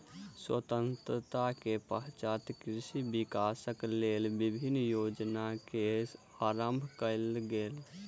स्वतंत्रता के पश्चात कृषि विकासक लेल विभिन्न योजना के आरम्भ कयल गेल